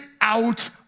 out